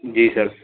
جی سر